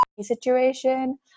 situation